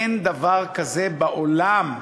אין דבר כזה בעולם.